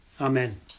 Amen